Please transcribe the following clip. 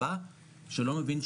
חה"כ עידית סילמן,